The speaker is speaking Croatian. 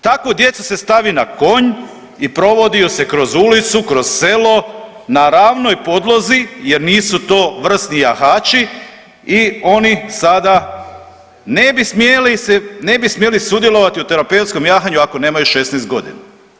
Takvu djecu se stavi na konj i provodi ju se kroz ulicu, kroz selo na ravnoj podlozi jer nisu to vrsni jahači i oni sada ne bi smjeli sudjelovati u terapeutskom jahanju ako nemaju 16 godina.